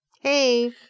Hey